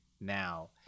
now